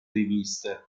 riviste